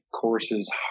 courses